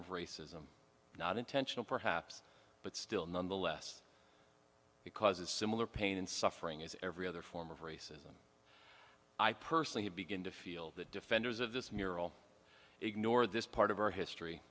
of racism not intentional perhaps but still nonetheless because a similar pain and suffering as every other form of racism i personally have begin to feel that defenders of this mural ignore this part of our history